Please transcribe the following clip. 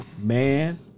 man